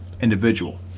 individual